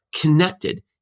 connected